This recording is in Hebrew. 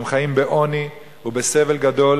והם חיים בעוני ובסבל גדול,